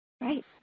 Right